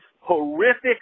horrific